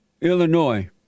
Illinois